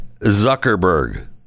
Zuckerberg